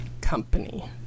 company